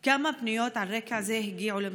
4. כמה פניות על רקע זה הגיעו למשרדך?